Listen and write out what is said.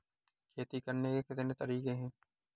खेती करने के कितने तरीके हैं?